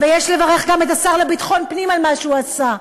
ויש לברך גם את השר לביטחון פנים על מה שהוא עשה,